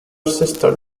sister